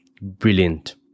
Brilliant